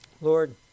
Lord